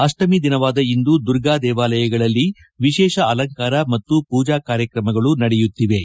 ಅಷ್ಟಮಿ ದಿನವಾದ ಇಂದು ದೇವಾಲಯಗಳಲ್ಲಿ ವಿಶೇಷ ಅಲಂಕಾರ ಮತ್ತು ಪೂಜಾ ಕಾರ್ಕ್ರಮಗಳು ನಡೆಯುತ್ತಿವೆ